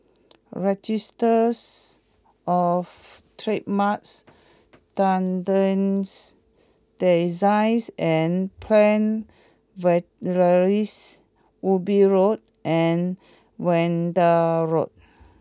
Registries Of Trademarks Patents Designs and Plant Varieties Ubi Road and Zehnder Road